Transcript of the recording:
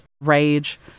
rage